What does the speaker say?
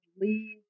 leave